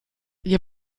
ihr